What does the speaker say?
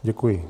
Děkuji.